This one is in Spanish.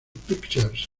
pictures